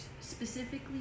specifically